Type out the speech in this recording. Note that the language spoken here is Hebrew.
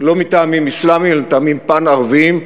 לא מטעמים אסלאמיים אלא מטעמים פאן-ערביים,